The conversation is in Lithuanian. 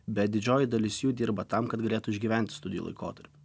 bet didžioji dalis jų dirba tam kad galėtų išgyventi studijų laikotarpiu